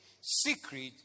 secret